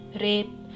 rape